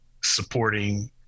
supporting